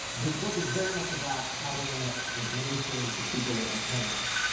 this book is very much about how the internet went mainstream to people like our parents.